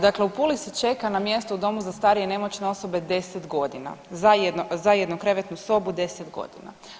Dakle, u Puli se čeka na mjesto u domu za starije i nemoćne osobe 10 godina, za jednokrevetnu sobu 10 godina.